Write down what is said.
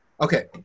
Okay